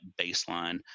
baseline